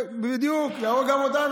בדיוק, להרוג גם אותנו.